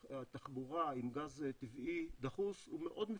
התחבורה עם גז טבעי דחוס הוא מאוד מפותח,